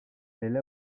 elle